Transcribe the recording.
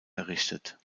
errichtet